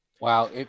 Wow